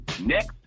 Next